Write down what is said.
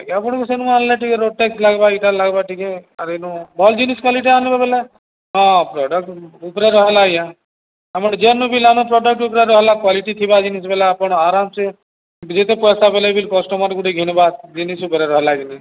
ଆଜ୍ଞ ଆପଣଙ୍କୁ ସେନୁ ଆଣିଲେ ଟିକେ ରୋଡ୍ ଟେକ୍ସ ଲାଗବା ଇଟା ଲାଗ୍ବା ଟିକେ ଆରେ ଏଇନୁ ଭଲ୍ ଜିନିଷ୍ କ୍ୱାଲିଟି ଆଣିବ ବେଲା ହଁ ପ୍ରଡ଼କ୍ଟ ଉପରେ ରହଲା ଆଜ୍ଞା ଆପଣ ଯେନୁ ପିଲ ଆନ ପ୍ରଡକ୍ଟ ଉପରେ ରହଲା କ୍ୱାଲିଟି ଥିବା ଜିନିଷ ବଲା ଆପଣ ଆରାମସେ ଯେତେ ପଇସା ଦେଲେ ବି କଷ୍ଟମର ଗୋଟେ ଘିନିବା ଜିନିଷ୍ ଉପରେ ରହଲା କିରି